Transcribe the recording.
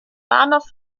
bahnhof